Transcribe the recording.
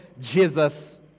Jesus